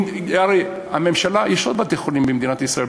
הרי יש עוד בתי-חולים במדינת ישראל,